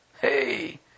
Hey